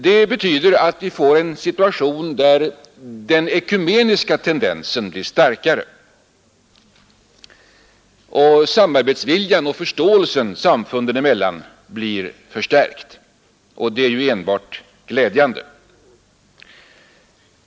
Det betyder att vi får en situation där den ekumeniska tendensen blir starkare. Samarbetsviljan och förståelsen samfunden emellan blir förstärkt och det är ju enbart glädjande.